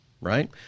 right